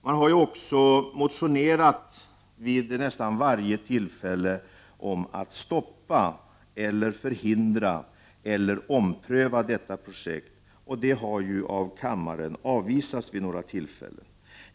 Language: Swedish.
Man har också vid nästan varje tillfälle motionerat om att stoppa, förhindra eller ompröva detta projekt. Detta har av kammaren avvisats vid några tillfällen.